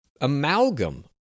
amalgam